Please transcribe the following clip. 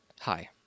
Hi